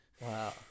wow